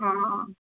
অঁ অঁ